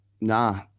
nah